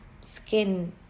skin